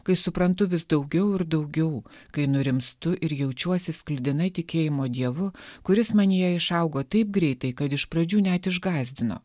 kai suprantu vis daugiau ir daugiau kai nurimstu ir jaučiuosi sklidina tikėjimo dievu kuris manyje išaugo taip greitai kad iš pradžių net išgąsdino